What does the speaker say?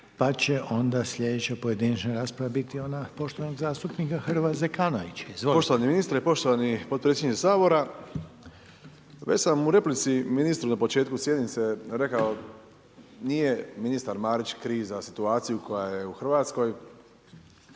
Pa će onda slijedeća pojedinačna rasprava biti ona poštovanog zastupnika Hrvoja Zekanovića, izvolite. **Zekanović, Hrvoje (HRAST)** Poštovani ministre, poštovani potpredsjedniče Sabora, već sam u replici ministru na početku sjednice rekao, nije ministar Marić kriv za situaciju koja je u Hrvatskoj.